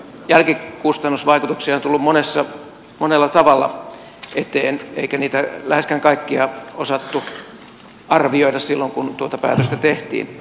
senkin jälkikustannusvaikutuksia on tullut monella tavalla eteen eikä niitä läheskään kaikkia osattu arvioida silloin kun tuota päätöstä tehtiin